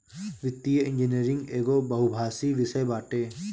वित्तीय इंजनियरिंग एगो बहुभाषी विषय बाटे